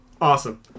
Awesome